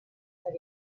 that